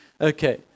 Okay